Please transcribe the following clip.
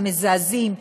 המזעזעים,